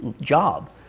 job